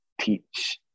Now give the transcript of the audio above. teach